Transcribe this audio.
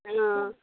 অঁ